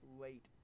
late